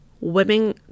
women